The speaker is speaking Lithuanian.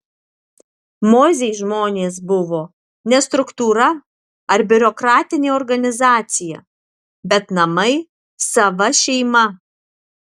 mozei žmonės buvo ne struktūra ar biurokratinė organizacija bet namai sava šeima